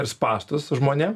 ir spąstus žmonėm